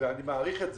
ואני מעריך את זה.